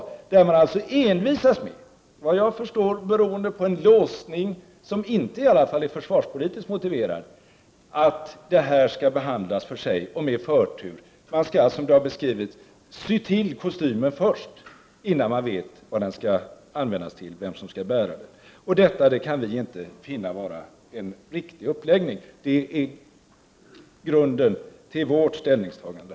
Man envisas alltså med — enligt vad jag förstår beroende på en låsning som i varje fall inte är försvarspolitiskt motiverad — att det här skall behandlas för sig och med förtur. Man skall, som det har beskrivits, sy kostymen innan man vet vem som skall bära den. Det kan vi inte tycka är en riktig uppläggning. Det är grunden till vårt ställningstagande.